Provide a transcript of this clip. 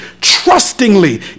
trustingly